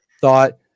thought